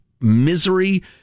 misery